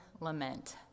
lament